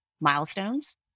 milestones